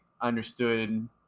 understood